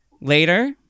Later